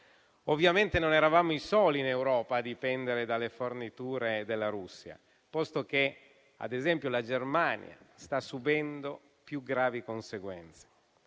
Ovviamente non eravamo i soli in Europa a dipendere dalle forniture della Russia, posto che ad esempio la Germania sta subendo più gravi conseguenze.